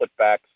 putbacks